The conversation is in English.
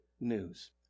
news